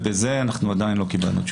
ובזה אנחנו עדיין לא קיבלנו תשובה.